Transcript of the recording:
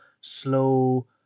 slow